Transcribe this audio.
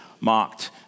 mocked